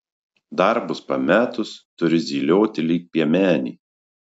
darbus pametus turiu zylioti lyg piemenė